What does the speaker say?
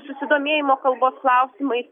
susidomėjimo kalbos klausimais